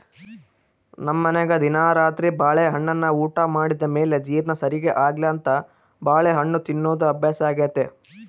ನಮ್ಮನೆಗ ದಿನಾ ರಾತ್ರಿ ಬಾಳೆಹಣ್ಣನ್ನ ಊಟ ಮಾಡಿದ ಮೇಲೆ ಜೀರ್ಣ ಸರಿಗೆ ಆಗ್ಲೆಂತ ಬಾಳೆಹಣ್ಣು ತಿನ್ನೋದು ಅಭ್ಯಾಸಾಗೆತೆ